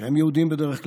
שהם יהודים בדרך כלל,